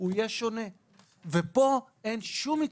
יהיה שונה וכאן אין שום התייחסות.